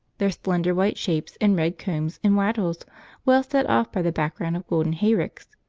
their slender white shapes and red combs and wattles well set off by the background of golden hayricks.